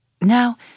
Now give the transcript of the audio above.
Now